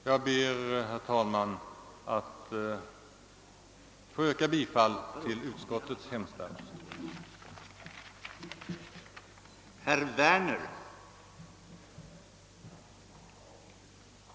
Jag ber, herr talman, att än en gång få yrka bifall till utskottets hemställan. Undertecknad anhåller härmed om ledighet från riksdagsarbetet under tiden 23—27 november 1967 på grund av resa till Polen.